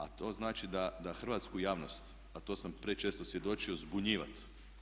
A to znači da hrvatsku javnost, a to sam prečesto svjedočio zbunjivat.